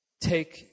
take